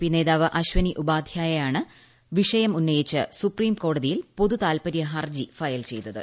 P നേതാവ് അശ്വനി ഉപാധ്യായ ആണ് വിഷയം ഉന്നയിച്ച് സുപ്രീംകോടതിയിൽ പൊതുതാൽപര്യഹർജി ഫയൽ ചെയ്തത്